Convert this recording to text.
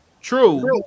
True